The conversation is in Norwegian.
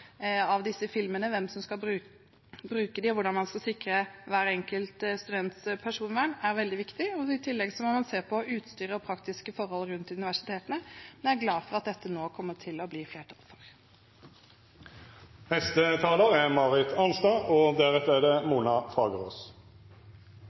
av disse filmene, hvem som skal bruke dem. Hvordan man skal sikre hver enkelt students personvern, er veldig viktig. I tillegg må man se på utstyr og praktiske forhold rundt universitetene, men jeg er glad for at det nå kommer til å bli flertall for dette. Det er i og